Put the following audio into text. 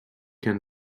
can